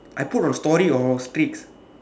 I put on story or streaks